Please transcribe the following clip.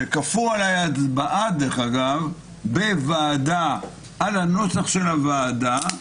שכפו עליי הצבעה בוועדה על הנוסח של הוועדה.